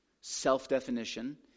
Self-definition